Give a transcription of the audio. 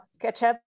ketchup